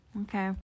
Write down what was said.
Okay